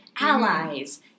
allies